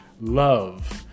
love